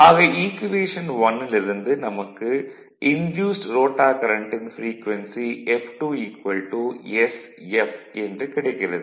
ஆக ஈக்குவேஷன் 1 ல் இருந்து நமக்கு இன்டியூஸ்ட் ரோட்டார் கரண்ட்டின் ப்ரீக்வென்சி f2 sf என்று கிடைக்கிறது